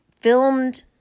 filmed